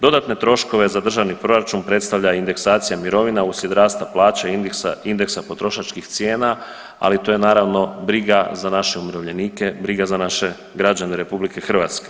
Dodatne troškove za državni proračun predstavlja indeksacija mirovina, uslijed rasta plaća indeksa potrošačkih cijena, ali tu je naravno briga za naše umirovljenike, briga za naše građane RH.